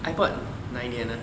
iPod 哪一年啊